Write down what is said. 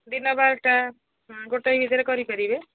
ଦିନ ବାରଟା ଗୋଟାଏ ଭିତରେ କରିପାରିବେ